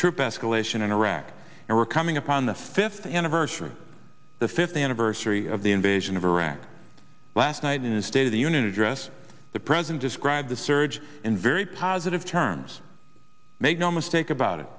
troop escalation in iraq and we're coming up on the fifth anniversary of the fifth anniversary of the invasion of iraq last night in the state of the union address the present describe the surge in very positive terms make no mistake about it